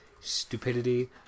stupidity